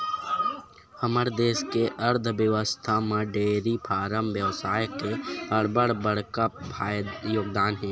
हमर देस के अर्थबेवस्था म डेयरी फारम बेवसाय के अब्बड़ बड़का योगदान हे